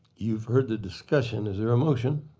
you've heard the discussion. is there a motion?